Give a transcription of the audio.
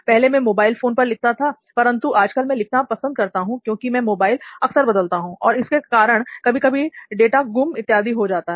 पहले मैं mobile phone पर लिखता था परंतु आजकल मैं लिखना पसंद करता हूं क्योंकि मैं मोबाइल अक्सर बदलता हूं और इसके कारण कभी कभी डाटा गुम इत्यादि हो जाता है